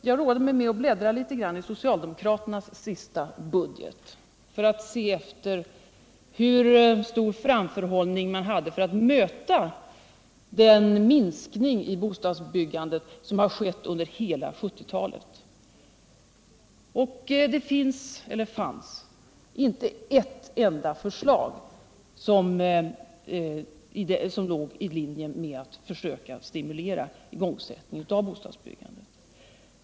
Jag roade mig med att bläddra litet i socialdemokraternas sista budget för att se hur stor framförhållning man hade att möta den minskning i bostadsbyggandet som har pågått under hela 1970-talet, och det fanns inte ett enda förslag som låg i linje med att försöka stimulera igångsättningen av bostadsbyggandet.